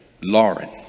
Lauren